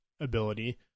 ability